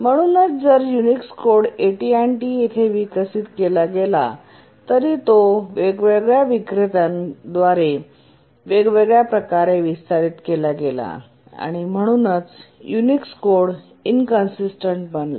म्हणूनच जरी Unix code AT T येथे विकसित केला गेला तरी तो वेगवेगळ्या विक्रेत्यां द्वारे वेगवेगळ्या प्रकारे विस्तारित केला गेला आणि म्हणूनच युनिक्स कोड इंकंसिस्टन्ट बनला